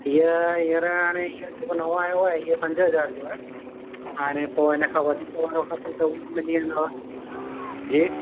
हीअ हींअर हाणे हीअ जेको नओं आयो आहे इहो पंज हज़ार जो आहे हाणे पोइ इनखां वधीक वारो खपे त हूअ मिली वेंदव जी